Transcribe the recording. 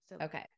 okay